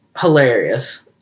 hilarious